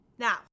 Now